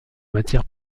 matières